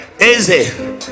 Easy